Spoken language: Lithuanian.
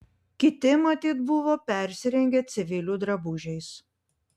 kiti matyt buvo persirengę civilių drabužiais